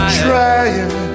trying